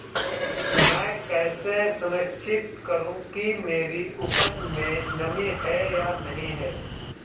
मैं कैसे सुनिश्चित करूँ कि मेरी उपज में नमी है या नहीं है?